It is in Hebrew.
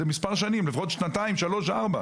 לפחות שנתיים, שלוש ארבע.